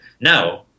no